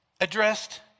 addressed